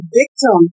victim